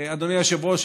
אדוני היושב-ראש,